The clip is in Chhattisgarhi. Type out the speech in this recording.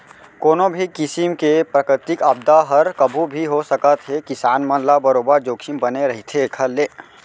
कोनो भी किसिम के प्राकृतिक आपदा हर कभू भी हो सकत हे किसान मन ल बरोबर जोखिम बने रहिथे एखर ले